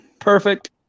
Perfect